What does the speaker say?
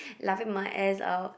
laughing my ass out